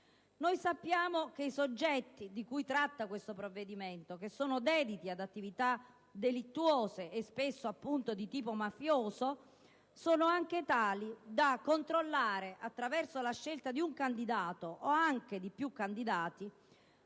Noi sappiamo che i soggetti di cui tratta il provvedimento, che sono dediti ad attività delittuose e spesso appunto di tipo mafioso, sono anche tali da controllare, attraverso la scelta di un candidato o di più candidati,